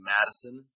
Madison